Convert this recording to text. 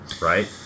right